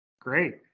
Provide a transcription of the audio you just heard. Great